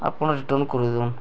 ଆପଣ ରିଟର୍ଣ୍ଣ କରିଦଉନ୍